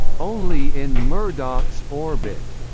only in murdoch's orbit.